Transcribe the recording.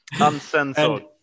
uncensored